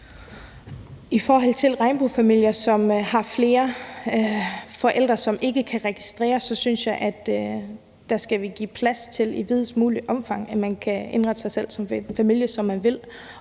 I forhold til regnbuefamilier, hvor der er flere forældre, som ikke kan registreres, synes jeg, at der skal vi i videst muligt omfang give plads til, at man kan indrette sig som familie, som man vil.